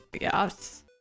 Yes